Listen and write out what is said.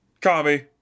Kami